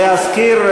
להזכיר,